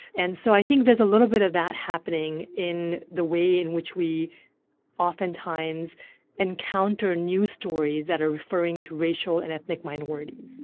and so i think there's a little bit of that happening in the way in which we oftentimes encounter news stories that are referring to racial and ethnic minorities